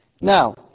Now